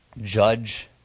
judge